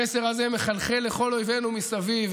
המסר הזה מחלחל לכל אויבינו מסביב.